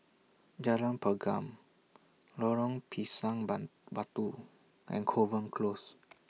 Jalan Pergam Lorong Pisang Ban Batu and Kovan Close